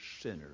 sinner